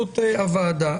משפחה?